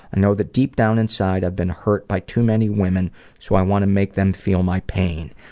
i know that deep down inside i've been hurt by too many women so i want to make them feel my pain.